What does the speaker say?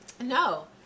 No